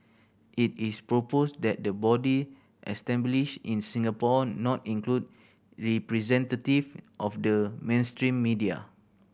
it is proposed that the body established in Singapore not include representative of the mainstream media